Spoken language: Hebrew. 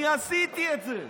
אני עשיתי את זה.